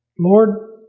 Lord